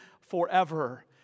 forever